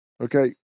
Okay